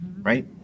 right